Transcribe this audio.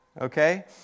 Okay